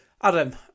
Adam